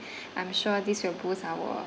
I'm sure this will boost our